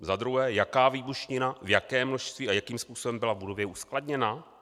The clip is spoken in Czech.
Za druhé: Jaká výbušnina, v jakém množství a jakým způsobem byla v budově uskladněna?